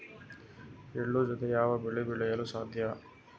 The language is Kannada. ಎಳ್ಳು ಜೂತೆ ಯಾವ ಬೆಳೆ ಬೆಳೆಯಲು ಸಾಧ್ಯ?